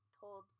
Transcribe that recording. told